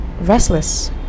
restless